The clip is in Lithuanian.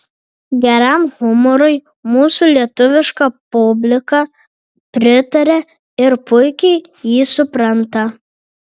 geram humorui mūsų lietuviška publika pritaria ir puikiai jį supranta